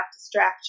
distraction